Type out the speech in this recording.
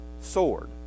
sword